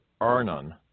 Arnon